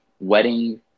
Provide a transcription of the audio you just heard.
wedding